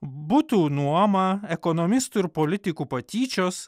butų nuoma ekonomistų ir politikų patyčios